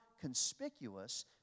conspicuous